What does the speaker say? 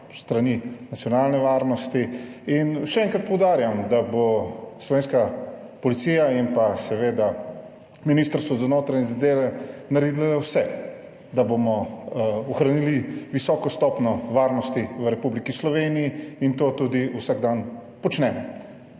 s strani nacionalne varnosti in še enkrat poudarjam, da bo slovenska policija in pa seveda Ministrstvo za notranje zadeve naredila vse, da bomo ohranili visoko stopnjo varnosti v Republiki Sloveniji in to tudi vsak dan počnemo.